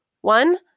One